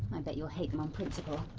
i bet you'll hate them on principle!